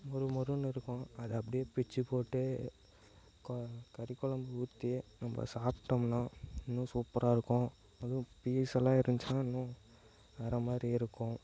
மொறு மொறுன்னு இருக்கும் அதை அப்படியே பிச்சு போட்டு க கறி குழம்ப ஊற்றி நம்ப சாப்பிட்டோம்னா இன்னும் சூப்பராக இருக்கும் அதுவும் பீஸ் எல்லாம் இருந்துச்சின்னா இன்னும் வேறு மாதிரி இருக்கும்